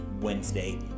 Wednesday